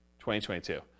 2022